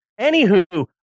Anywho